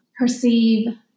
perceive